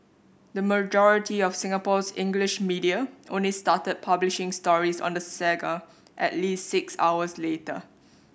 the majority of Singapore's English media only started publishing stories on the saga at least six hours later